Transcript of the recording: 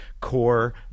core